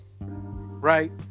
right